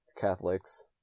Catholics